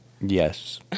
Yes